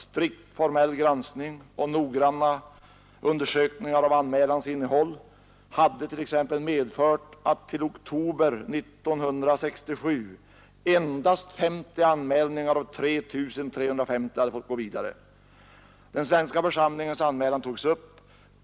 Strikt formell granskning och noggranna undersökningar av anmälans innehåll hade t.ex. medfört att till oktober 1967 endast 50 anmälningar av 3350 hade fått gå vidare. Den svenska församlingens anmälan togs upp.